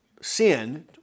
sin